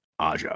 Aja